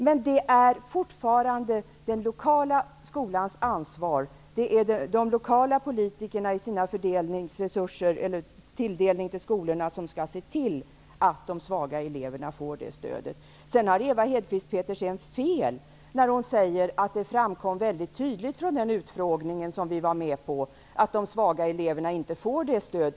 Men det är fortfarande den lokala skolans ansvar att se till att de svaga eleverna får särskilt stöd, genom de lokala politikernas tilldelning till skolorna. Ewa Hedkvist Petersen har dessutom fel när hon säger att det vid utbildningsutskottets utfrågning framkom att de svaga eleverna inte får särskilt stöd.